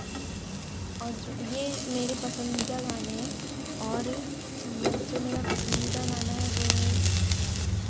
और जो ये मेरे पसंदीदा गाने हैं और जो मेरा पसंदीदा गाना है वो है